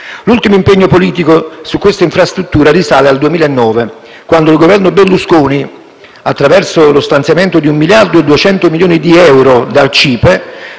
L'ultimo impegno politico su questa infrastruttura risale al 2009, quando il Governo Berlusconi, attraverso lo stanziamento di 1,2 miliardi di euro dal CIPE,